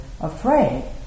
afraid